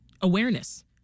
awareness